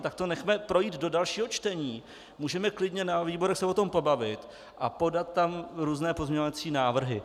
Tak to nechme projít do dalšího čtení, můžeme klidně na výborech se o tom pobavit a podat tam různé pozměňovací návrhy.